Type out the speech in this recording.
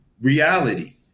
reality